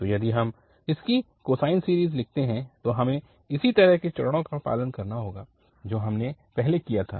तो यदि हम इसकी कोसाइन सीरीज़ लिखते हैं तो हमें उसी तरह के चरणों का पालन करना होगा जो हमने पहले किया था